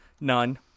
None